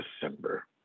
December